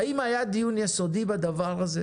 האם היה דיון יסודי בדבר הזה?